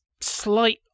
slight